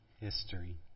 history